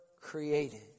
created